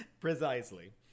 Precisely